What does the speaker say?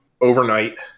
overnight